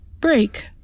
break